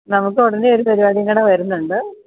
നമുക്ക് ഉടനെ ഒരു പരുപാടിയും കൂടി വരുന്നുണ്ട്